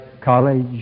college